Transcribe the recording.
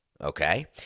okay